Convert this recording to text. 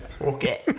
okay